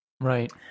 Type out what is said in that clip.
right